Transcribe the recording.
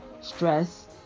stress